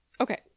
okay